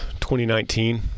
2019